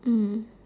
mm